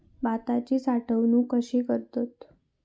भाताची साठवूनक कशी करतत?